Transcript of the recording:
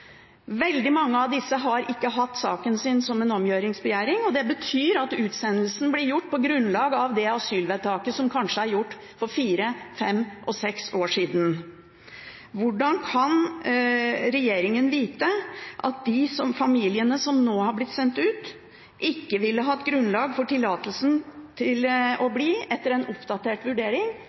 Veldig mange av disse har ikke hatt saken sin som en omgjøringsbegjæring, og det betyr at utsendelsen blir gjort på grunnlag av det asylvedtaket som kanskje er gjort for fire, fem og seks år siden. Hvordan kan regjeringen vite at de familiene som nå har blitt sendt ut, ikke ville hatt grunnlag for tillatelse til å bli etter en oppdatert vurdering,